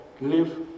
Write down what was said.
live